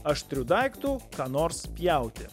aštriu daiktu ką nors pjauti